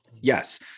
Yes